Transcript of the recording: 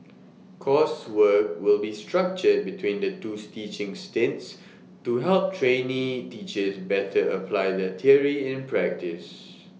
coursework will be structured between the twos teaching stints to help trainee teachers better apply their theory in practice